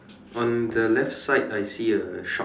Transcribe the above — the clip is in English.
on the left side I see a shop